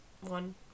one